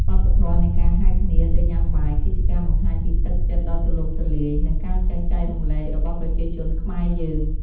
វប្បធម៌នៃការហៅគ្នាទៅញ៉ាំបាយ គឺជាការបង្ហាញពីទឹកចិត្តដ៏ទូលំទូលាយ និងការចេះចែករំលែករបស់ប្រជាជនខ្មែរយើង។